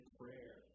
prayer